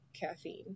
caffeine